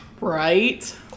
Right